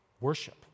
worship